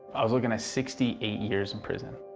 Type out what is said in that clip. i was looking at sixty eight years in prison.